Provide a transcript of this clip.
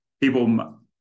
people